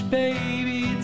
baby